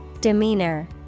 Demeanor